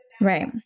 right